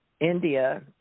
india